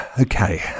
Okay